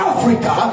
Africa